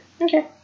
Okay